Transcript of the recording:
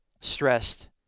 stressed